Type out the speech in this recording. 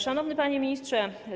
Szanowny Panie Ministrze!